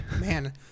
man